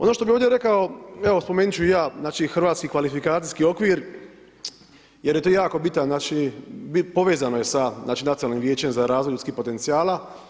Ono što bih ovdje rekao, evo spomenut ću i ja znači hrvatski kvalifikacijski okvir jer je to jako bitan, znači povezano je sa znači Nacionalnim vijećem za razvoj ljudskih potencijala.